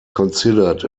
considered